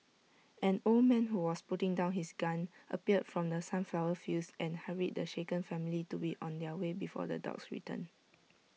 an old man who was putting down his gun appeared from the sunflower fields and hurried the shaken family to be on their way before the dogs return